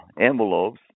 envelopes